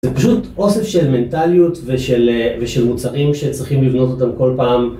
זה פשוט אוסף של מנטליות ושל מוצרים שצריכים לבנות אותם כל פעם.